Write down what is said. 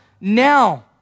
Now